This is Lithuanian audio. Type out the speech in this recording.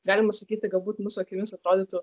galima sakyti galbūt mūsų akimis atrodytų